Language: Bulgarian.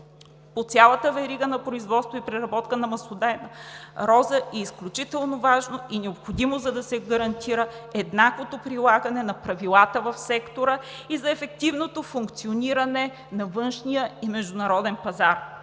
по цялата верига на производство и преработка на маслодайна роза е изключително важно и необходимо, за да се гарантира еднаквото прилагане на правилата в сектора и за ефективното функциониране на външния и международен пазар.